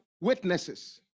witnesses